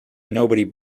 nobody